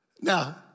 Now